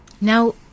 Now